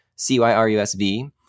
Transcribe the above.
C-Y-R-U-S-V